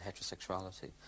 heterosexuality